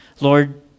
Lord